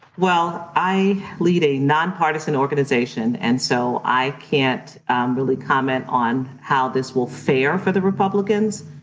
well, i lead a nonpartisan organization and so i can't really comment on how this will fare for the republicans.